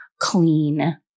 clean